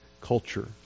culture